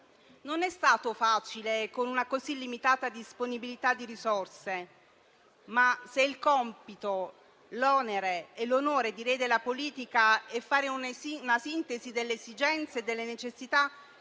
Non è stato facile, con una disponibilità di risorse tanto limitata. Ma, se il compito, l'onere e l'onore, direi, della politica è fare una sintesi delle esigenze e delle necessità,